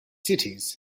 cities